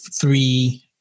three